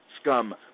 scum